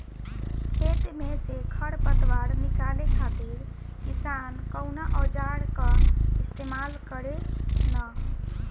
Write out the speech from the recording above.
खेत में से खर पतवार निकाले खातिर किसान कउना औजार क इस्तेमाल करे न?